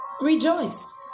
Rejoice